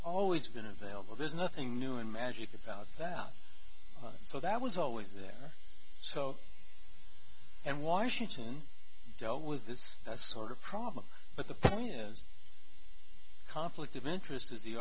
always been available there's nothing new in magic about that so that was always there so and washington dealt with this sort of problem but the point is conflict of interest is the